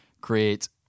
create